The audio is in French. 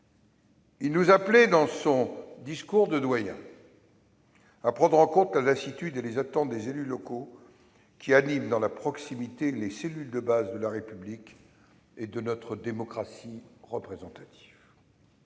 il nous appelait, dans son discours de doyen, à « prendre en compte la lassitude et les attentes des élus locaux qui animent dans la proximité les cellules de base de la République et de notre démocratie représentative